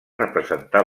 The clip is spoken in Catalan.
representar